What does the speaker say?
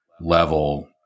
level